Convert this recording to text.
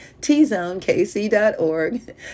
tzonekc.org